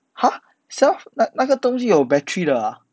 !huh! self 那那个东西有 battery 的啊